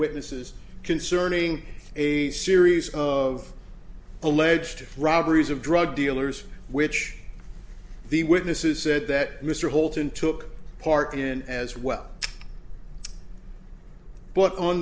witnesses concerning a series of alleged robberies of drug dealers which the witnesses said that mr holton took part in as well but on